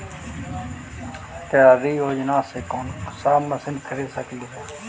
सरकारी योजना से कोन सा मशीन खरीद सकेली?